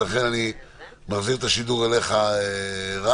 לכן אני מחזיר את רשות הדיבור לך, רז.